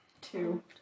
Two